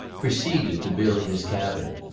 proceeded to build his cabin.